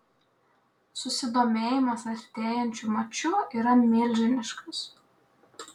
susidomėjimas artėjančiu maču yra milžiniškas